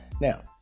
Now